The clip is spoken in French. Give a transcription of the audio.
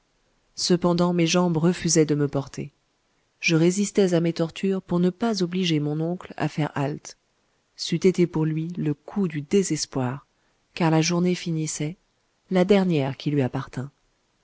cependant mes jambes refusaient de me porter je résistais à mes tortures pour ne pas obliger mon oncle à faire halte c'eût été pour lui le coup du désespoir car la journée finissait la dernière qui lui appartint